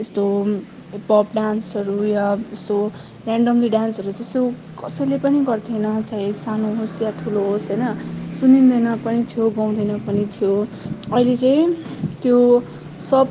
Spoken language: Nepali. यस्तो हिपहप डान्सहरू या यस्तो रेन्डमली डान्सहरू तेस्तो कसैले पनि गर्थेन चाहे सानो होस् या ठुलो होस् हैन सुनिन्दैन पनि थ्यो गाउँदैन पनि थियो अहिले चै त्यो सब सब